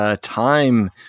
time